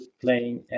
playing